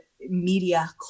media